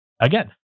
Again